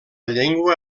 llengua